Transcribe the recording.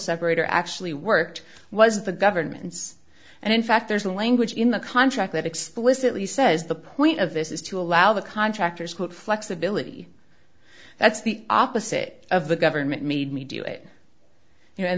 separator actually worked was the government's and in fact there's a language in the contract that explicitly says the point of this is to allow the contractors quote flexibility that's the opposite of the government made me do it